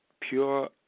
pure